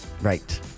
Right